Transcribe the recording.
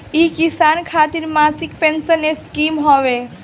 इ किसान खातिर मासिक पेंसन स्कीम हवे